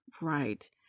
right